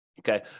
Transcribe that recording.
Okay